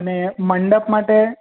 અને મંડપ માટે